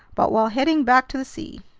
but while heading back to the sea.